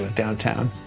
downtown,